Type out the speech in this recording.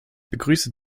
begrüße